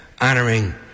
honoring